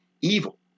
evil